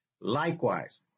Likewise